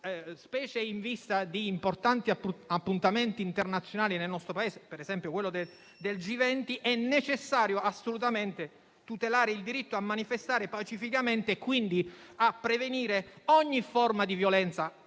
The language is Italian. specialmente in vista di importanti appuntamenti internazionali per il nostro Paese, come per esempio quello del G20, è assolutamente necessario tutelare il diritto a manifestare pacificamente, per prevenire ogni forma di violenza,